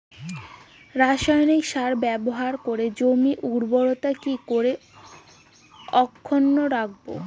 রাসায়নিক সার ব্যবহার করে জমির উর্বরতা কি করে অক্ষুণ্ন রাখবো